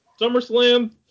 SummerSlam